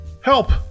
Help